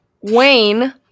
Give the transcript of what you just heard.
Wayne